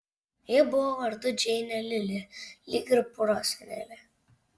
ji buvo vardu džeinė lili lyg ir prosenelė